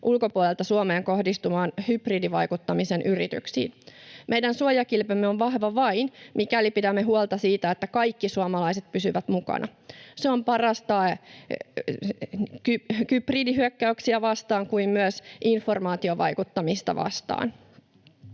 ulkopuolelta Suomeen kohdistuviin hybridivaikuttamisen yrityksiin. Meidän suojakilpemme on vahva vain, mikäli pidämme huolta siitä, että kaikki suomalaiset pysyvät mukana. Se on paras tae hybridihyökkäyksiä vastaan kuin myös informaatiovaikuttamista vastaan.